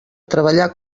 treballar